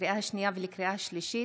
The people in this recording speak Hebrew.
לקריאה שנייה ולקריאה שלישית: